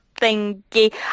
thingy